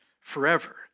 forever